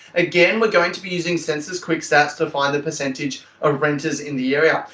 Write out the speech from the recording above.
again, we're going to be using census quick stats to find the percentage of renters in the area.